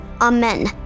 Amen